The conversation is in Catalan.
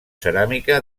ceràmica